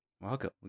Welcome